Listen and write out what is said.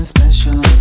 special